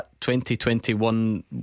2021